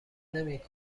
نمی